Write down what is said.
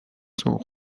sont